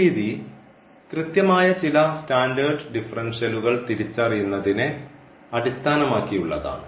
ഈ രീതി കൃത്യമായ ചില സ്റ്റാൻഡേർഡ് ഡിഫറൻഷ്യലുകൾ തിരിച്ചറിയുന്നതിനെ അടിസ്ഥാനമാക്കിയുള്ളതാണ്